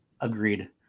agreed